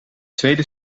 tweede